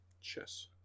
Chess